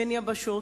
בין יבשות,